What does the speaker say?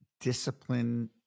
Discipline